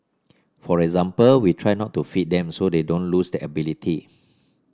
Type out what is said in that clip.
for example we try not to feed them so they don't lose that ability